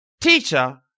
Teacher